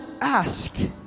ask